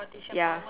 ya